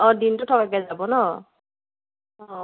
অ' দিনটো থকাকৈ যাব ন অ'